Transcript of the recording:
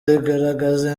rigaragaza